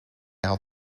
had